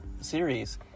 series